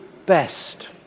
best